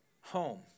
home